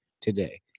today